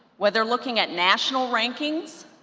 whether looking at national rankings,